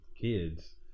kids